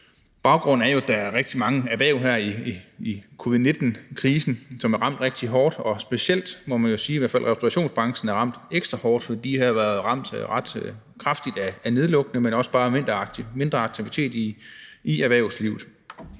Baggrunden er jo, at der er rigtig mange erhverv her i covid-19-krisen, som er ramt rigtig hårdt, og specielt må man jo sige, at restaurationsbranchen er ramt ekstra hårdt. De har været ramt ret kraftigt af nedlukning, men også bare af mindre aktivitet i erhvervslivet.